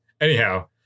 anyhow